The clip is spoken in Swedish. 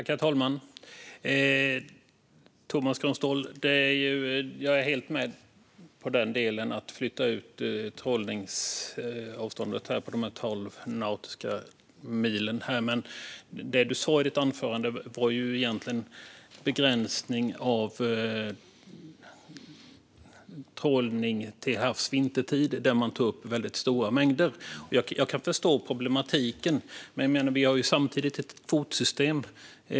Herr talman! Jag är helt med, Tomas Kronståhl, på den del som handlar om att flytta ut trålningsavståndet de tolv nautiska milen. Men det du sa i ditt anförande gällde egentligen begränsning av trålning till havs vintertid där man tar upp väldigt stora mängder. Jag kan förstå problematiken, men vi har ju samtidigt ett kvotsystem.